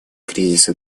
кризисы